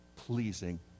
pleasing